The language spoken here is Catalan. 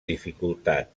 dificultat